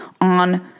on